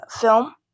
film